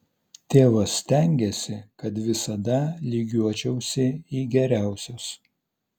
tėvas stengėsi kad visada lygiuočiausi į geriausius